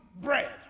bread